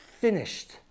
finished